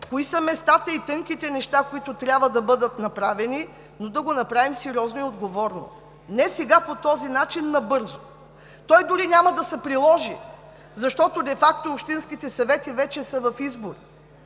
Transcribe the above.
кои са местата и тънките неща, които трябва да бъдат направени, но да го направим сериозно и отговорно, а не сега набързо по този начин. То дори няма и да се приложи, защото де факто общинските съвети вече са в избори,